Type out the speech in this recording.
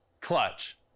clutch